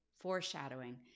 foreshadowing